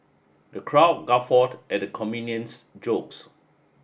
the crowd guffawed at the comedian's jokes